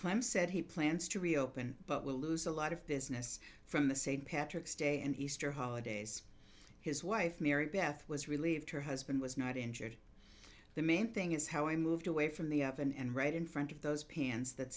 clime said he plans to reopen but will lose a lot of business from the st patrick's day and easter holidays his wife mary beth was relieved her husband was not injured the main thing is how i moved away from the oven and right in front of those pants that